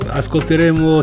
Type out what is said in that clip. ascolteremo